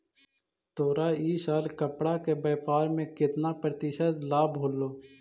तोरा इ साल कपड़ा के व्यापार में केतना प्रतिशत लाभ होलो?